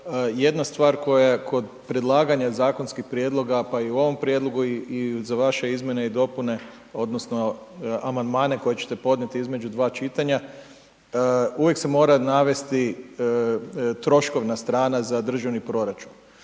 jedna stvar koja kod predlaganja zakonskih prijedloga pa i u ovom prijedlogu i za vaše izmjene i dopune odnosno amandmane koje ćete podnijeti između dva čitanja, uvijek se mora navesti troškovna strana za državni proračun.